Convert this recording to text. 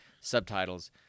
subtitles